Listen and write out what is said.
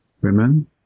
women